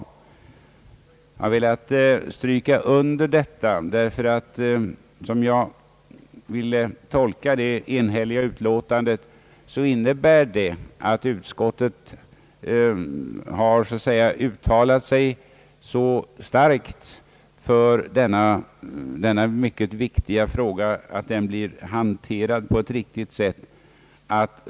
Jag har velat stryka under detta uttalande, eftersom det enhälliga utskottsutlåtandet uttrycker en önskan att denna mycket viktiga fråga blir hanterad på ett riktigt sätt.